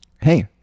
hey